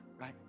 right